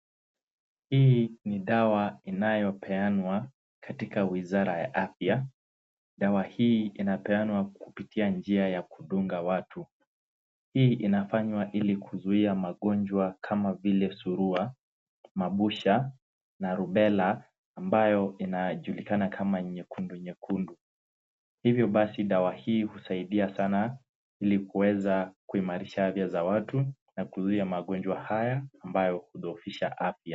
Hii ni dawa inayopeanwa katika wizara ya afya. Dawa hii inapeanwa kupitia njia ya kudunga watu. Hii inafanywa ili kuzuia magonjwa kama vile surua, mabusha na 'rubella' ambapo inajulikana kama nyekundu nyekundu. Hivo basi dawa hii husaidia sanaa ili kuweza kuimarisha afya za watu na kuzuia magonjwa hata ambayo hudhohofisha afya.